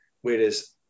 Whereas